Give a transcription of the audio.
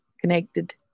Connected